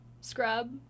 scrub